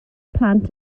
plant